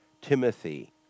Timothy